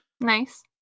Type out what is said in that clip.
Nice